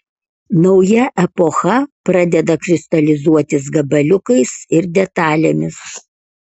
nauja epocha pradeda kristalizuotis gabaliukais ir detalėmis